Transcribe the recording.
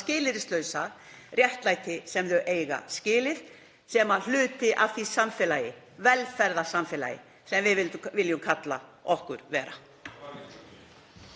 skilyrðislausa réttlæti sem þau eiga skilið sem hluti af því velferðarsamfélagi sem við viljum kalla okkur.